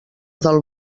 del